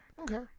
Okay